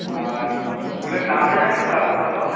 আর ফুলের দামটা জানেন তো এখন কত